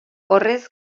horrez